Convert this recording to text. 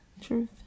truth